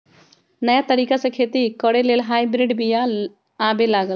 नयाँ तरिका से खेती करे लेल हाइब्रिड बिया आबे लागल